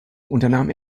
unternahm